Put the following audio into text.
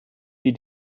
die